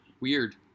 Weird